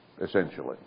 essentially